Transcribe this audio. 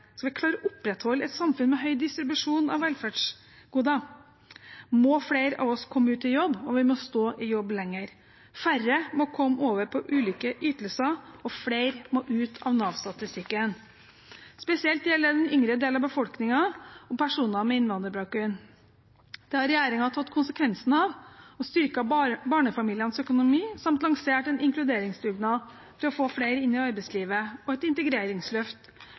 skal vi klare å opprettholde et samfunn med høy distribusjon av velferdsgoder, må flere av oss komme ut i jobb, og vi må stå i jobb lenger. Færre må komme over på ulike ytelser, og flere må ut av Nav-statistikken. Spesielt gjelder det den yngre delen av befolkningen og personer med innvandrerbakgrunn. Det har regjeringen tatt konsekvensen av og har styrket barnefamilienes økonomi samt lansert en inkluderingsdugnad for å få flere inn i arbeidslivet og et integreringsløft